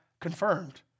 confirmed